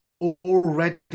already